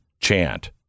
chant